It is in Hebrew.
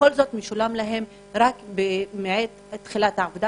משולם להם רק מעת תחילת העבודה,